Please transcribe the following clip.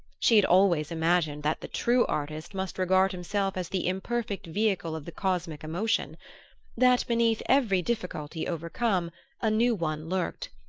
she had always imagined that the true artist must regard himself as the imperfect vehicle of the cosmic emotion that beneath every difficulty overcome a new one lurked,